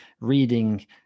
reading